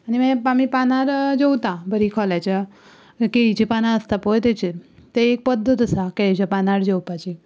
आनी मागीर आमी पानार जेवता बरी खोल्याच्या केळींची पाना आसता पळय तेचेर ते एक पद्दत आसा केळीच्या पानार जेवपाची